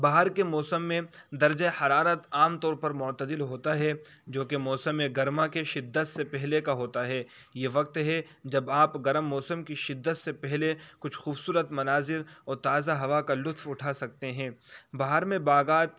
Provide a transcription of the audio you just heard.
بہار کے موسم میں درجہ حرارت عام طور پر معتدل ہوتا ہے جو کہ موسم گرما کے شدت سے پہلے کا ہوتا ہے یہ وقت ہے جب آپ گرم موسم کی شدت سے پہلے کچھ خوبصورت مناظر اور تازہ ہوا کا لطف اٹھا سکتے ہیں بہار میں باغات